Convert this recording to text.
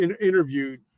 interviewed